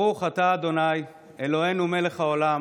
"ברוך אתה ה' אלוהינו מלך העולם